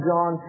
John